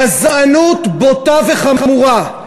גזענות בוטה וחמורה,